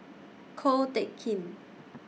Ko Teck Kin